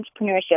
entrepreneurship